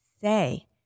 say